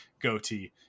goatee